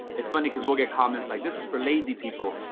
it's funny because we'll get comments like this is for lazy people.